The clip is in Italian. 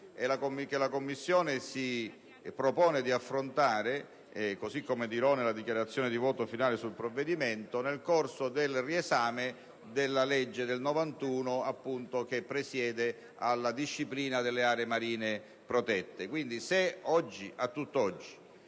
la Commissione si propone di affrontare - così come dirò nella dichiarazione di voto finale sul provvedimento - nel corso di una revisione della legge n. 394 del 1991, che presiede alla disciplina delle aree marine protette.